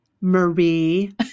Marie